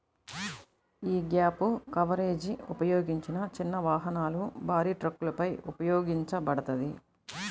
యీ gap coverage ఉపయోగించిన చిన్న వాహనాలు, భారీ ట్రక్కులపై ఉపయోగించబడతది